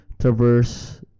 Traverse